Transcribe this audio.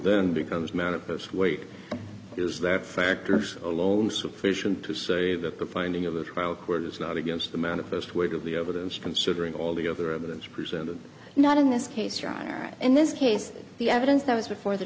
then becomes manifest weight is that factors alone sufficient to say that the finding of the trial court is not against the manifest weight of the evidence considering all the other evidence presented not in this case your honor in this case the evidence that was before the